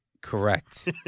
Correct